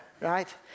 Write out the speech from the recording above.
Right